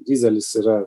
dyzelis yra